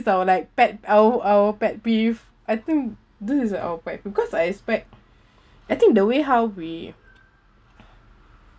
our like pet our our pet peeve I think this is a our pet peeve because I expect I think the way how we